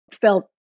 felt